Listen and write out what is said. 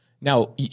Now